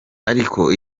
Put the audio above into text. ariko